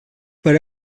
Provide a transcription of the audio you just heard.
per